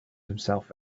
himself